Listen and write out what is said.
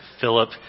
philip